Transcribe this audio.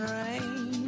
rain